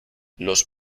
los